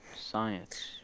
science